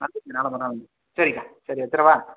கண்டிப்பாக நாளை மறுநாள் சரிக்கா சரி வச்சுடவா